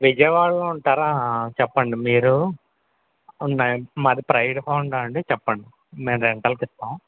విజయవాడలో ఉంటారా చెప్పండి మీరు ఉన్నాయి మాది ప్రైడ్ హోండా అండి చెప్పండి మేము రెంటల్కి ఇస్తాం